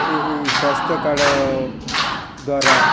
ଏଇ ସ୍ୱାସ୍ଥ୍ୟ କାର୍ଡ଼ ଦ୍ୱାରା